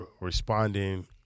responding